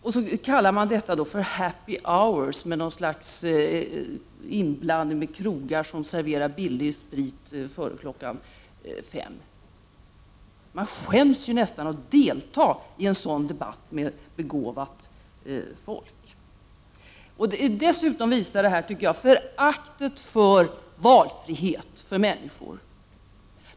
Det talas här om ”happy hour” — som en jämförelse med krogar som serverar billig sprit före kl. 5. Jag skäms nästan för att delta i en sådan debatt med begåvat folk. Detta visar dessutom föraktet för människors valfrihet.